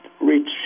reach